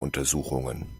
untersuchungen